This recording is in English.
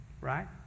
Right